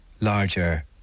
larger